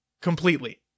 completely